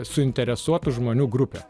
suinteresuotų žmonių grupė